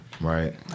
Right